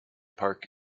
park